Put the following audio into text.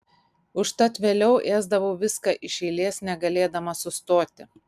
užtat vėliau ėsdavau viską iš eilės negalėdama sustoti